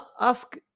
ask